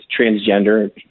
transgender